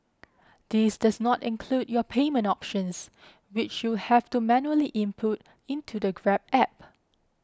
this does not include your payment options which you'll have to manually input into the Grab App